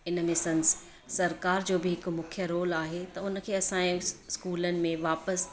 इन में संस सरिकार जो बि हिकु मुख्य रोल आहे त उन खे असांजे स्कूलनि में वापसि